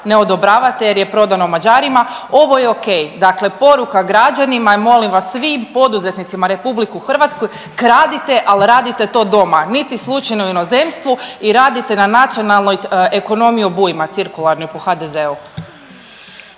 ne odobravate jer je prodano Mađarima. Ovo je o.k. Dakle, poruka građanima i molim vas svim poduzetnicima u Republici Hrvatskoj kradite, ali radite to doma. Niti slučajno u inozemstvu i radite na nacionalnoj ekonomiji obujma cirkularnoj po HDZ-u.